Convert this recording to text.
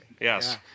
Yes